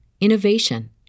innovation